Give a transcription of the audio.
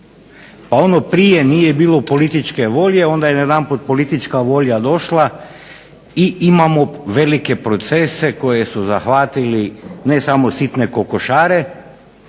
Pa ono prije nije bilo političke volje, pa je onda najedanput politička volja došla i imamo velike procese koji su zahvatili ne samo sitne kokošare